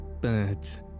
birds